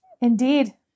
Indeed